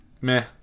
Meh